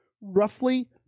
roughly